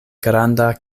granda